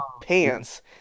pants